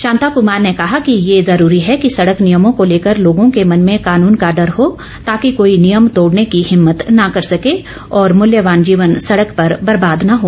शांता कुमार ने कहा कि ये जरूरी है कि सड़क नियमों को लेकर लोगों के मन में कानून का डर हो ताकि कोई नियम तोड़ने की हिम्मत न कर सके और मूल्यवान जीवन सड़क पर बर्बाद न हो